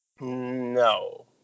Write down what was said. No